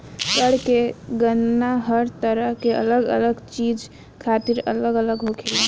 कर के गणना हर तरह के अलग अलग चीज खातिर अलग अलग होखेला